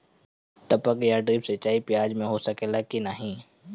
टपक या ड्रिप सिंचाई प्याज में हो सकेला की नाही?